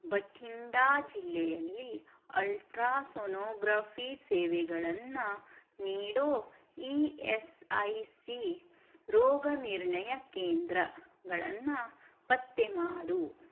ಬಠಿಂಡಾ ಜಿಲ್ಲೆಯಲ್ಲಿ ಅಲ್ಟ್ರಾಸೋನೋಗ್ರಫಿ ಸೇವೆಗಳನ್ನು ನೀಡೋ ಇ ಎಸ್ ಐ ಸಿ ರೋಗನಿರ್ಣಯ ಕೇಂದ್ರಗಳನ್ನು ಪತ್ತೆ ಮಾಡು